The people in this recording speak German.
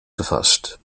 gefasst